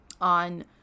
on